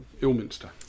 Ilminster